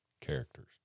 characters